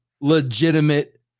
legitimate